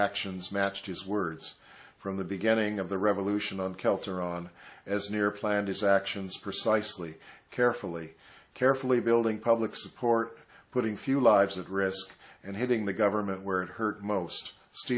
actions matched his words from the beginning of the revolution on celts or on as near planned his actions precisely carefully carefully building public support putting few lives at risk and hitting the government where it hurt most